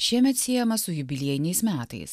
šiemet siejamas su jubiliejiniais metais